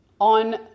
on